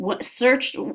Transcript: searched